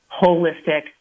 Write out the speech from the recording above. holistic